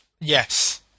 Yes